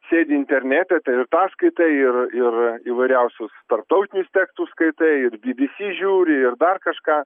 sėdi internete tai ir paskaitą ir ir įvairiausius tarptautinius tekstus skaitai ir bbc žiūri ir dar kažką